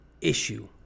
issue